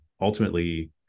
ultimately